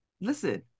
Listen